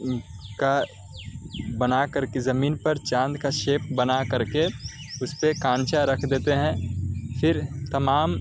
کا بنا کر کے زمین پر چاند کا شیپ بنا کر کے اس پہ کانچا رکھ دیتے ہیں پھر تمام